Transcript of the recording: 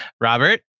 Robert